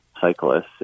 cyclists